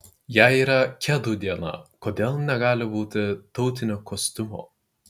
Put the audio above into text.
jei yra kedų diena kodėl negali būti tautinio kostiumo